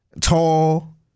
tall